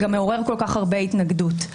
--- תלמד לצטט.